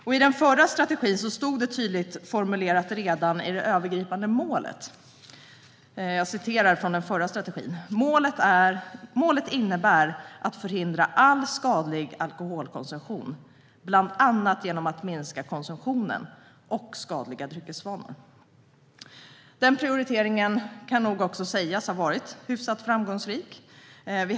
I den förra strategin stod det tydligt formulerat redan i det övergripande målet: "Målet innebär att förhindra all skadlig alkoholkonsumtion, bland annat genom att minska konsumtionen och skadliga dryckesvanor." Den prioriteringen kan också sägas ha varit hyfsat framgångsrik.